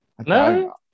No